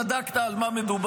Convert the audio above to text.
בדקת בכלל על מה מדובר?